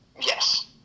Yes